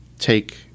take